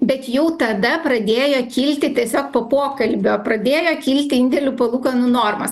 bet jau tada pradėjo kilti tiesiog po pokalbio pradėjo kilti indėlių palūkanų normos